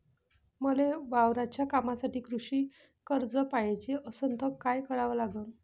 मले वावराच्या कामासाठी कृषी कर्ज पायजे असनं त काय कराव लागन?